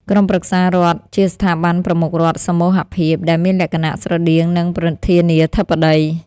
ក្រុមប្រឹក្សារដ្ឋជាស្ថាប័នប្រមុខរដ្ឋសមូហភាព ដែលមានលក្ខណៈស្រដៀងនឹងប្រធានាធិបតី ។